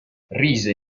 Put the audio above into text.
rise